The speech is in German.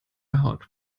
hat